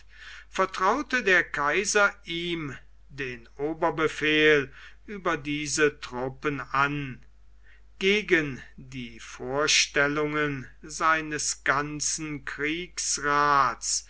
vertraute der kaiser ihm den oberbefehl über diese truppen an gegen die vorstellungen seines ganzen kriegsraths